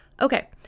Okay